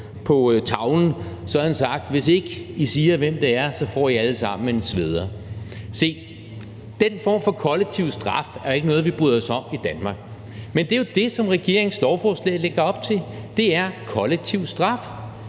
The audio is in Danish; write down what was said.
på tavlen, ville have sagt: Hvis ikke I siger, hvem det er, får I alle sammen en sveder. Den form for kollektiv straf er ikke noget, vi bryder os om i Danmark, men det er jo det, som regeringens lovforslag lægger op til: kollektiv straf.